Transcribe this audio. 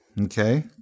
okay